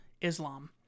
Islam